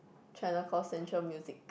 China call central music